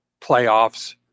playoffs